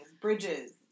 bridges